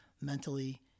mentally